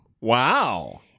Wow